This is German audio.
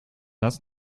das